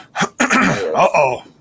Uh-oh